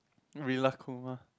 Rilakkuma